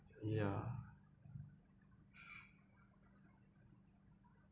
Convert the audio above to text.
ya